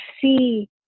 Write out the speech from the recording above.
see